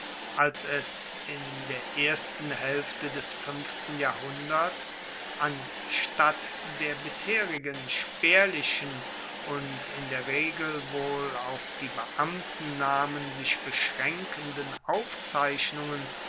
als es in der ersten haelfte des fuenften jahrhunderts anstatt der bisherigen spaerlichen und in der regel wohl auf die beamtennamen sich beschraenkenden aufzeichnungen